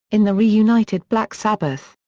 in the reunited black sabbath.